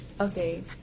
Okay